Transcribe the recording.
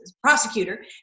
Prosecutor